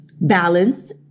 balance